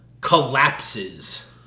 collapses